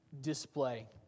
display